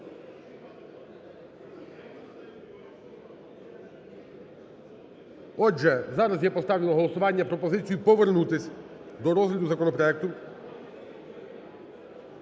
Отже, зараз я поставлю на голосування пропозицію повернутися до розгляду законопроекту.